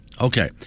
Okay